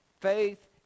faith